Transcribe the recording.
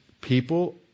people